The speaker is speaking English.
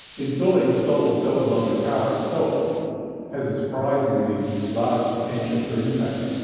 installing the solar cells on the car itself has a surprisingly large potential for impact.